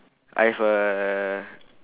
I've a